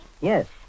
Yes